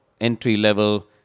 entry-level